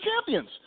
champions